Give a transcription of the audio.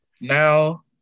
now